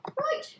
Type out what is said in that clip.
Right